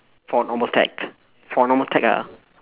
for normal tech for normal tech lah